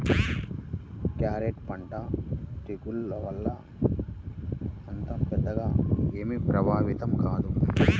carrot పంట తెగుళ్ల వల్ల అంత పెద్దగా ఏమీ ప్రభావితం కాదు